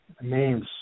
names